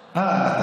עקבי.